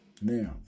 Now